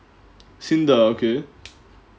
and then she was like she was like okay